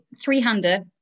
three-hander